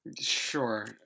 sure